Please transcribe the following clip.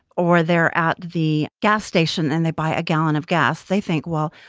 or they're at the gas station and they buy a gallon of gas. they think, well,